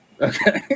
Okay